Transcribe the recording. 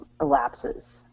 elapses